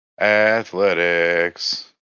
Athletics